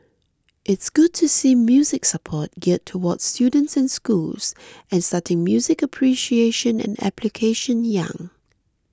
it's good to see music support geared towards students and schools and starting music appreciation and application young